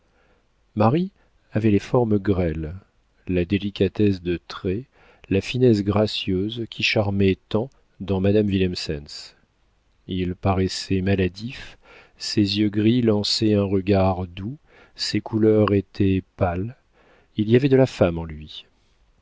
marie avait les formes grêles la délicatesse de traits la finesse gracieuse qui charmaient tant dans madame willemsens il paraissait maladif ses yeux gris lançaient un regard doux ses couleurs étaient pâles il y avait de la femme en lui